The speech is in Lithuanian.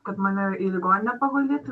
kad mane į ligoninę paguldytų